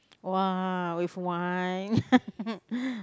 !wah! with wine